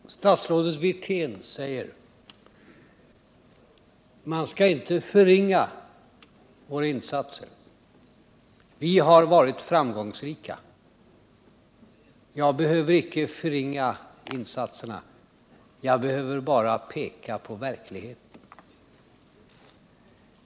Herr talman! Statsrådet Wirtén säger: Man skall inte förringa våra insatser. Vi har varit framgångsrika. — Jag behöver icke förringa insatserna. Jag behöver bara peka på verkligheten.